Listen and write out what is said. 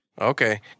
Okay